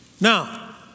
Now